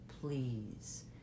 please